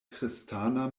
kristana